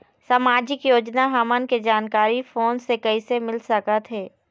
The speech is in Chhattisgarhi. सामाजिक योजना हमन के जानकारी फोन से कइसे मिल सकत हे?